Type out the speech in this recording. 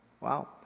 Wow